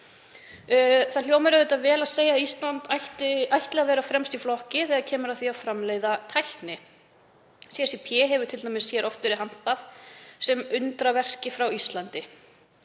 Það hljómar auðvitað vel að segja að Ísland ætli að vera fremst í flokki þegar kemur að því að framleiða tækni. CCP hefur t.d. oft verið hampað hér sem undraverki frá Íslandi.